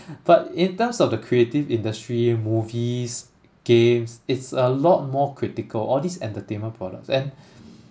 but in terms of the creative industry movies games it's a lot more critical all these entertainment products and